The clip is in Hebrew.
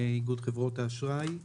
איגוד חברות האשראי.